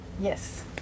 Yes